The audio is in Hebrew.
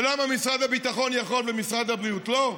ולמה משרד הביטחון יכול ומשרד הבריאות לא?